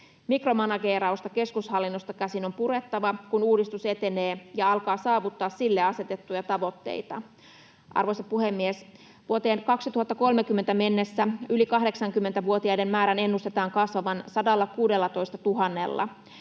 Mikromanageerausta keskushallinnosta käsin on purettava, kun uudistus etenee ja alkaa saavuttaa sille asetettuja tavoitteita. Arvoisa puhemies! Vuoteen 2030 mennessä yli 80-vuotiaiden määrän ennustetaan kasvavan 116 000:lla.